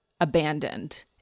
abandoned